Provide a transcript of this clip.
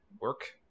work